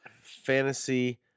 Fantasy